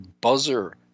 buzzer